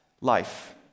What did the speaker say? life